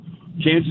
Kansas